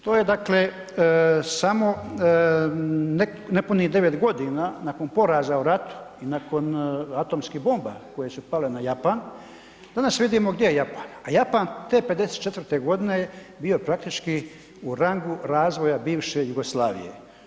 To je dakle samo nepunih 9 godina nakon poraza u ratu, nakon atomskih bomba koje su pale na Japan, danas vidimo gdje je Japan, a Japan te '54. godine bio praktički u rangu razvoja bivše Jugoslavije.